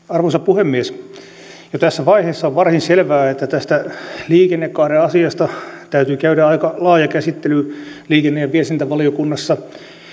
arvoisa puhemies jo tässä vaiheessa on varsin selvää että tästä liikennekaaren asiasta täytyy käydä aika laaja käsittely liikenne ja viestintävaliokunnassa